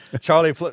Charlie